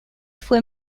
fue